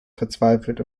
verzweifelt